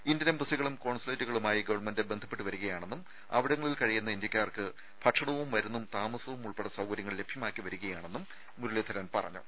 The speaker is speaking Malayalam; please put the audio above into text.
ഇന്ത്യൻ എംബസികളും കോൺസുലേറ്റുകളുമായി ഗവൺമെന്റ് ബന്ധപ്പെട്ടുവരികയാണെന്നും അവിടങ്ങളിൽ കഴിയുന്ന ഇന്ത്യക്കാർക്ക് ഭക്ഷണവും മരുന്നും താമസവുമുൾപ്പെടെ സൌകര്യങ്ങൾ ലഭ്യമാക്കിവരികയാണെന്നും മുരളീധരൻ പറഞ്ഞു